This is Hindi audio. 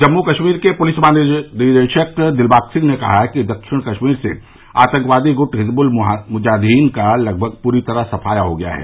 जम्मू कश्मीर के पुलिस महानिदेशक दिलबाग सिंह ने कहा है कि दक्षिण कश्मीर से आतंकवादी गुट हिजबुल मुजाहिद्दीन का लगभग पूरी तरह सफाया हो गया है